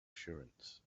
assurance